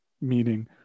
meaning